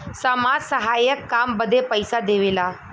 समाज सहायक काम बदे पइसा देवेला